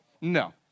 No